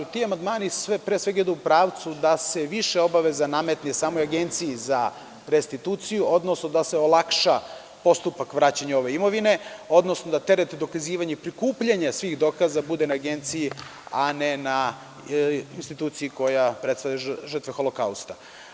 Ti amandmani pre svega idu u pravcu da se više obaveza nametne samoj Agenciji za restituciju, odnosno da se olakša postupak vraćanja ove imovine, odnosno da teret dokazivanja i prikupljanja svih dokaza bude na Agenciji, a ne na instituciji koja predstavlja žrtve Holokausta.